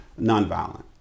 nonviolent